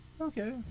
Okay